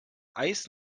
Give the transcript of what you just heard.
eis